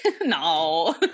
No